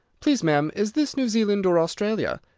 please, ma'am, is this new zealand or australia?